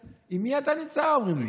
עם מי אתה נמצא, אומרים לי.